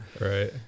Right